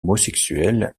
homosexuels